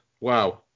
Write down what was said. Wow